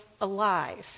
alive